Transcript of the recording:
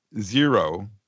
zero